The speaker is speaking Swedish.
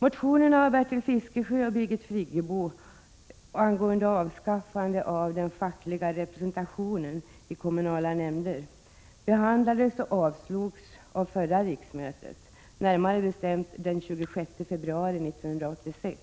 Motionerna av Bertil Fiskesjö och Birgit Friggebo angående avskaffande av den fackliga representationen i kommunala nämnder behandlades och avslogs av förra riksmötet, närmare bestämt den 26 februari 1986.